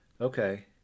okay